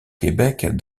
québec